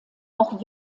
auch